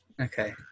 Okay